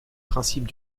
principes